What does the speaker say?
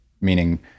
meaning